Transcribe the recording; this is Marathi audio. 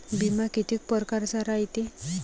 बिमा कितीक परकारचा रायते?